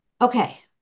Okay